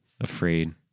afraid